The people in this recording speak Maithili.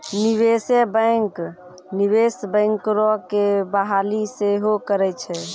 निवेशे बैंक, निवेश बैंकरो के बहाली सेहो करै छै